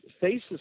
faces